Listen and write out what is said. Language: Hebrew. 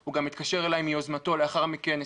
הוא גם התקשר אליי מיוזמתו לאחר מכן,